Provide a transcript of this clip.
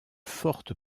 forte